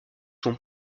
son